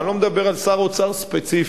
ואני לא מדבר על שר אוצר ספציפי,